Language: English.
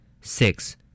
Six